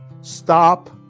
stop